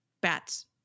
bats